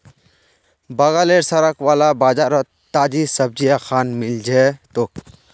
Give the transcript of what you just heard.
बगलेर सड़क वाला बाजारोत ताजी सब्जिखान मिल जै तोक